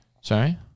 Sorry